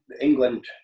England